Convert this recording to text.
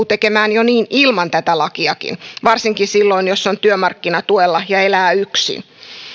tekemään niin jo ilman tätä lakiakin varsinkin silloin jos on työmarkkinatuella ja elää yksin